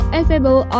available